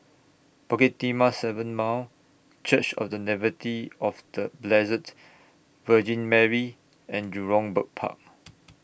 Bukit Timah seven Mile Church of The Nativity of The Blessed Virgin Mary and Jurong Bird Park